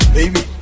Baby